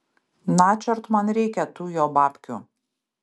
načiort man reikia tų jo babkių